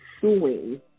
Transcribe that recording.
suing